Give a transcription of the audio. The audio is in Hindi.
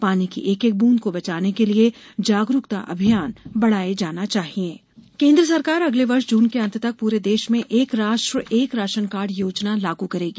पानी की एक एक बूंद को बचाने के लिये जागरूकता अभियान बढ़ाये जाना चाहि एक राशन कार्ड केंद्र सरकार अगले वर्ष जून के अंत तक पूरे देश में एक राष्ट्र एक राशन कार्ड योजना लागू करेगी